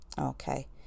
Okay